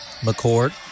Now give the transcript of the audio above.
McCord